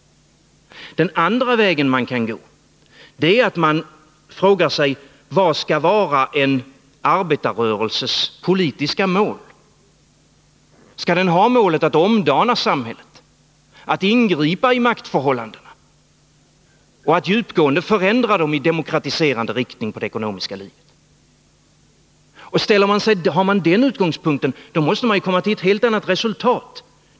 Å andra sidan kan man fråga sig vad som skall vara en arbetarrörelses politiska mål. Skall den ha målet att omdana samhället, att ingripa i maktförhållandena och att djupgående förändra dem i demokratiserande riktning inom det ekonomiska livet? Har man den utgångspunkten måste man komma till ett helt annat resultat.